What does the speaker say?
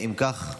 אם כך,